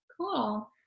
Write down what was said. cool